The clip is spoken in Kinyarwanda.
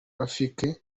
rafiki